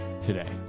today